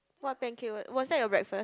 what pancake word was that your breakfast